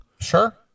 Sure